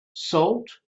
salt